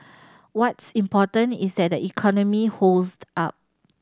what's important is that the economy holds up